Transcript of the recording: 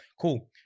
Cool